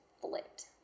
flipped